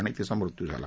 आणि तिचा मृत्यू झाला